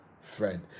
friend